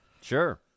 sure